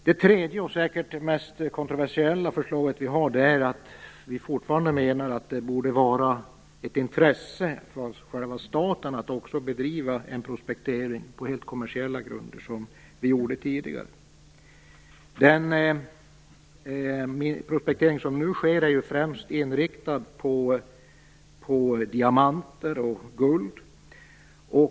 Det tredje och säkert det mest kontroversiella av våra förslag är att vi fortfarande anser att det borde vara ett intresse för staten att bedriva en prospektering på helt kommersiella grunder på det sätt som man tidigare gjorde. Den prospektering som nu sker är ju främst inriktad på diamanter och guld.